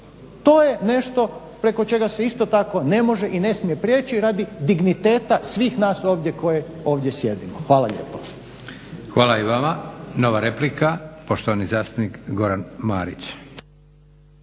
To je nešto preko čega se isto tako ne može i ne smije prijeći radi digniteta svih nas ovdje koji ovdje sijedimo. Hvala lijepo. **Leko, Josip (SDP)** Hvala i vama. Nova replika, poštovani zastupnik Goran Marić.